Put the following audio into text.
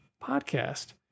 podcast